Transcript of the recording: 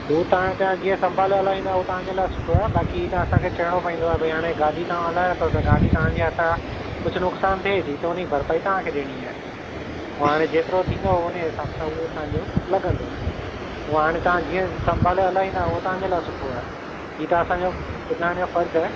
हू त हाणे तव्हां संभाले हलाईंदा हू तव्हांजे लाइ सुठो आहे बाक़ी त असांखे चवणो पवंदो आहे भई गाॾी तव्हां हलायो था त गाॾी तव्हांजे हथ आहे कुझु नुक़सानु थिए त हुनजी भरपाई तव्हांखे ॾियणी आहे पोइ हाणे जेतिरो थींदो उन हिसाब सां उहो तव्हांजो लॻंदो पोइ हाणे तव्हां जीअं संभाले हलाईंदा तव्हांजे लाइ सुठो आहे इएं त ॿुधाइणु असांजो फ़र्ज़ु आहे